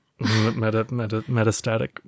Metastatic